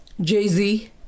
Jay-Z